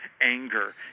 anger